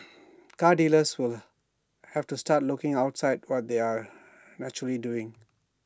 car dealers will have to start looking outside what they are naturally doing